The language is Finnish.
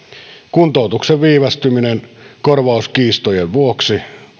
kuntoutuksen viivästyminen korvauskiistojen vuoksi